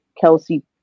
Kelsey